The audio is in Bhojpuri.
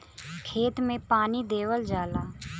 खेत मे पानी देवल जाला